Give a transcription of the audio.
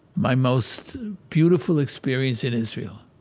my most beautiful experience in israel.